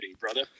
brother